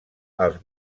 els